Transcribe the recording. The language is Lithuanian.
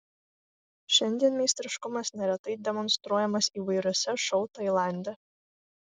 šiandien meistriškumas neretai demonstruojamas įvairiuose šou tailande